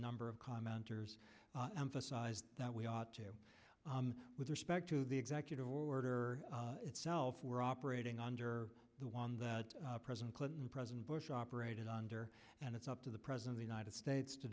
number of commenters emphasized that we ought to with respect to the executive order itself we're operating under the one that president clinton president bush operated under and it's up to the president the united states to